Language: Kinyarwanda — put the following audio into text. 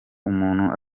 umuntu